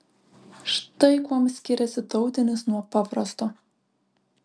štai kuom skiriasi tautinis nuo paprasto